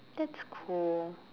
that's cool